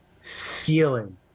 feeling